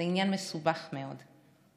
זה עניין מסובך מאוד.